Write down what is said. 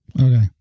Okay